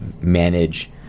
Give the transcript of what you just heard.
manage